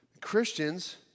Christians